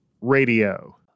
Radio